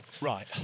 Right